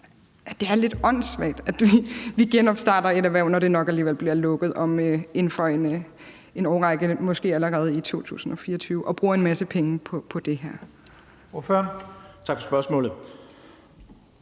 det er lidt åndssvagt, at vi genopstarter et erhverv, når det nok alligevel bliver lukket inden for en årrække, måske allerede i 2024, og bruger en masse penge på det? Kl.